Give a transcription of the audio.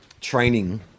training